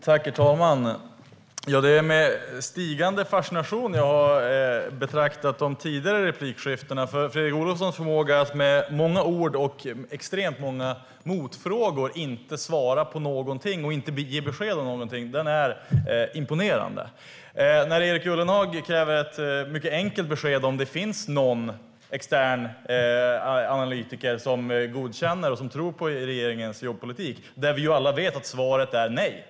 Herr talman! Det är med stigande fascination jag har betraktat de tidigare replikskiftena. Fredrik Olovssons förmåga att med många ord och extremt många motfrågor inte svara på någonting och inte ge besked om någonting är imponerande. Erik Ullenhag kräver ett mycket enkelt besked om det finns någon extern analytiker som godkänner och tror på regeringens jobbpolitik. Vi vet alla att svaret är nej.